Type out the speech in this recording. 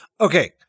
Okay